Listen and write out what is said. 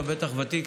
אתה בטח ותיק,